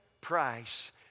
price